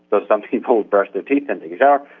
but some people brush their teeth and yeah